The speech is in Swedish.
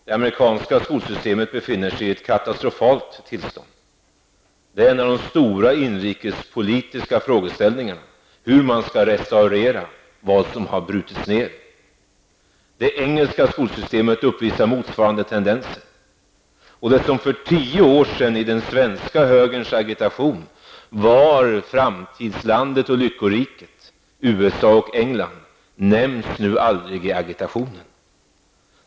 Det amerikanska skolsystemet befinner sig i ett katastrofalt tillstånd. En av de stora inrikespolitiska frågorna är hur man skall kunna restaurera vad som har brutits ned. Det engelska skolsystemet uppvisar motsvarande tendens. Det som för tio år sedan i den svenska högerns agitation var framtidslanden och lyckorikena, USA och England, nämns nu aldrig i agitationen.